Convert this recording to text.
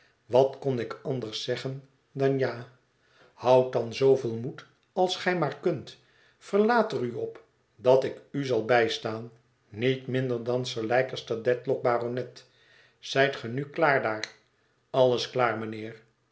wat kon ik anders zeggen dan ja houd dan zooveel moed als gij maar kunt verlaat er u op dat ik u zal bijstaan niet minder dan sir leicester dedlock baronet zijt ge nu klaar daar alles klaar mijnheer